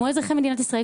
כמו אזרחי מדינת ישראל.